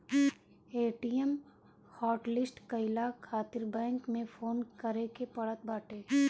ATM hotlist कईला खातिर bank में फोन करे के पड़त बाटे